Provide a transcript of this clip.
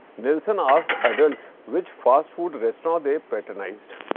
nielson asked adults, which fast food restaurant they patronized?